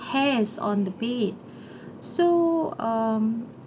hairs on the bed so um